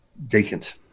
vacant